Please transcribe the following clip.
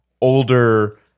older